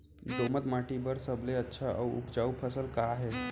दोमट माटी बर सबले अच्छा अऊ उपजाऊ फसल का हे?